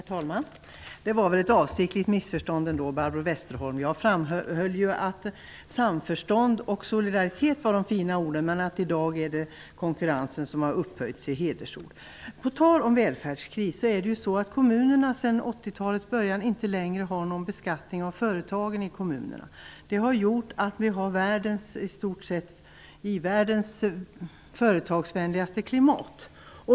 Herr talman! Det var väl ändå ett avsiktligt missförstånd, Barbro Westerholm. Jag framhöll att samförstånd och solidaritet var de fina orden men att det i dag är konkurrensen som har upphöjts till hedersord. På tal om välfärdskris har kommunerna sedan 80 talets början inte längre någon rätt till beskattning av företagen. Det har gjort att vi i stort sett har världens företagsvänligaste klimat.